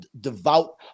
devout